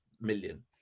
million